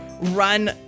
run